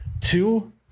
Two